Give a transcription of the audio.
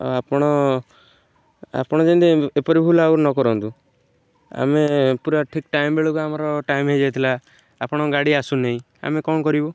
ଆଉ ଆପଣ ଆପଣ ଯେମିତି ଏପରି ଭୁଲ୍ ଆଉ ନ କରନ୍ତୁ ଆମେ ପୁରା ଠିକ୍ ଟାଇମ୍ ବେଳକୁ ଆମର ଟାଇମ୍ ହେଇଯାଇଥିଲା ଆପଣଙ୍କ ଗାଡ଼ି ଆସୁ ନାହିଁ ଆମେ କ'ଣ କରିବୁ